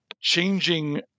changing